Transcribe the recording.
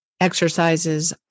exercises